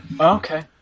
Okay